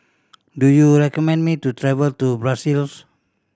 do you recommend me to travel to Brussels